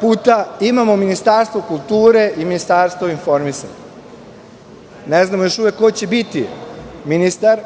puta, imamo Ministarstvo kulture i Ministarstvo informisanja. Ne znamo još uvek ko će biti ministar,